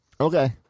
Okay